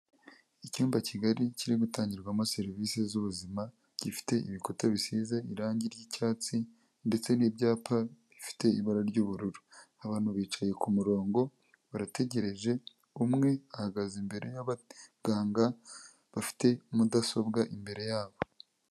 Icyumba kigari kiri gutangirwamo serivisi z'ubuzima gifite ibikuta bisize irangi ry'icyatsi ndetse n'ibyapa bifite ibara ry'ubururu, abantu bicaye ku murongo barategereje umwe ahagaze imbere y'abaganga bafite mudasobwa imbere yabo.